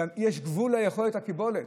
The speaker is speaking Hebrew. יש גבול ליכולת, לקיבולת.